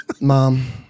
Mom